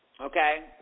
Okay